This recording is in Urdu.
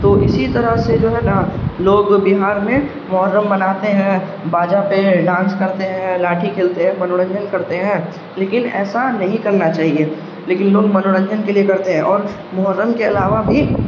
تو اسی طرح سے جو ہے نا لوگ بہار میں محرم مناتے ہیں باجا پہ ڈانس کرتے ہیں لاٹھی کھیلتے ہیں منورنجن کرتے ہیں لیکن ایسا نہیں کرنا چاہیے لیکن لوگ منورنجن کے لیے کرتے ہیں اور محرم کے علاوہ بھی